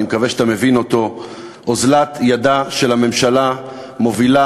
אני מקווה שאתה מבין אותו: אוזלת ידה של הממשלה מובילה